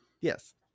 Yes